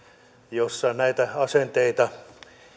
jossa näitä asenteita